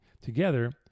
together